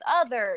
others